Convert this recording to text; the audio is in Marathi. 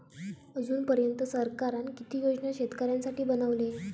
अजून पर्यंत सरकारान किती योजना शेतकऱ्यांसाठी बनवले?